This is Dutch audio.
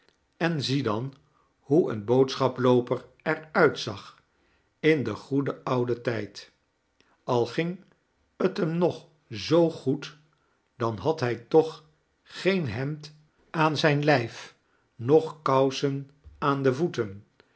en zie dan hoe een boodschaplooper er uitzag in den goe jn ouden tijd al ging t hem nog zoo goed dan had hij toch geen hemd aan zijn lijf noch kousen aan de voeten